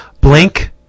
Blink